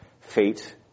fate